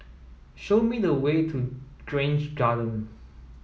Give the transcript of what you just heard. show me the way to Grange Garden